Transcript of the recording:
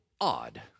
odd